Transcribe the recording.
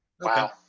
Wow